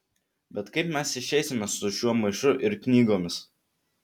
bet kaip mes išeisime su šiuo maišu ir knygomis